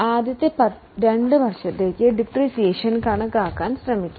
ആദ്യത്തെ 2 വർഷത്തേക്ക് ഡിപ്രീസിയേഷൻ കണക്കാക്കാം